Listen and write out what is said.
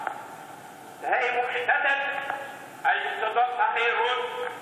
תהא מושתתת על יסודות החירות,